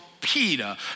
Peter